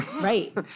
Right